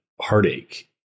heartache